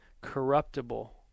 corruptible